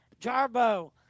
Jarbo